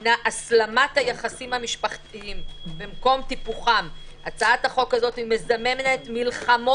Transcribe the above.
יש אמנת איסטנבול שמתייחסת במפורש לנושא של אלימות